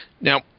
Now